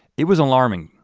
it was alarming.